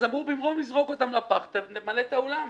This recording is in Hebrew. אמר: "במקום לזרוק את הפרחים לפח נמלא את האולם".